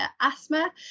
asthma